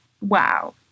wow